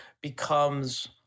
becomes